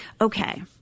Okay